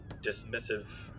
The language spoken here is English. dismissive